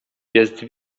jest